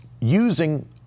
using